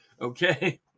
Okay